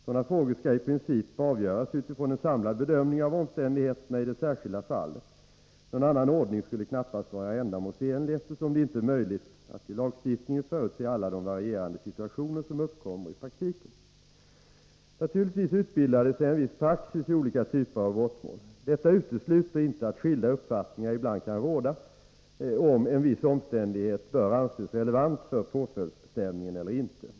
Sådana frågor skall i princip avgöras utifrån en samlad bedömning av omständigheterna i det särskilda fallet. Någon annan ordning skulle knappast vara ändamålsenlig, eftersom det inte är möjligt att i lagstiftningen förutse alla de varierande situationer som uppkommer i praktiken. Naturligtvis utbildar det sig en viss praxis i olika typer av brottmål. Detta utesluter inte att skilda uppfattningar ibland kan råda om en viss omständighet bör anses relevant för påföljdsbestämningen eller inte.